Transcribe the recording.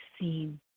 seen